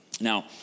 Now